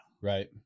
Right